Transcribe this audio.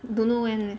don't know when leh